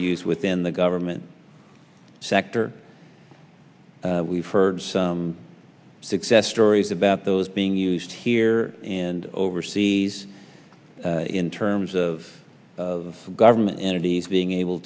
use within the government sector we've heard some success stories about those being used here and overseas in terms of the government entities being able